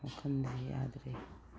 ꯋꯥꯈꯜꯁꯤ ꯌꯥꯗ꯭ꯔꯦ